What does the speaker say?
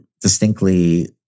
distinctly